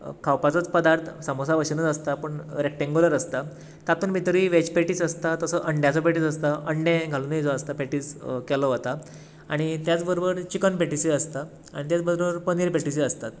खावपाचोच पदार्थ सामोसा बशेंनूच आसता पूण रेक्टेंगूलर आसता तातूंत भितरूय वेज पॅटीस आसता तसो अंड्याचो पॅटीस आसता अंडे घालुनूय जो आसता पॅटीस केलो वता आनी त्याच बरोबर चिकन पॅटीसूय आसता आनी त्याच बरोबर पनीर पॅटीसूय आसता